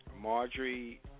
Marjorie